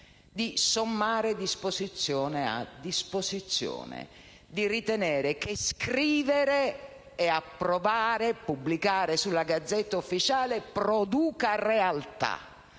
di sommare disposizione a disposizione, ritenendo che scrivere, approvare e pubblicare sulla *Gazzetta Ufficiale* produca realtà